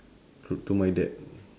to to my dad